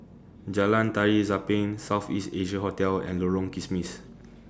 Jalan Tari Zapin South East Asia Hotel and Lorong Kismis